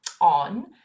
on